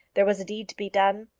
there was a deed to be done,